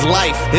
life